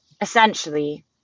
essentially